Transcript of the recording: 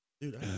Dude